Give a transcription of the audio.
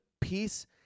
peace